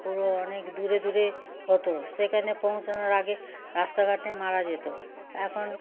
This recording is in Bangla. পুরো অনেক দূরে দূরে হতো সেখানে পৌঁছানোর আগে রাস্তাঘাটে মারা যেত এখন